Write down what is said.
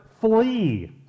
flee